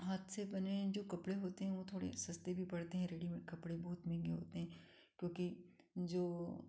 हाथ से बने जो कपड़े होते हैं वो थोड़े सस्ते भी पड़ते हैं रेडी मेड कपड़े बहुत महँगे होते हैं क्योंकि जो